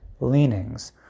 leanings